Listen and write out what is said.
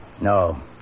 No